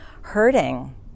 hurting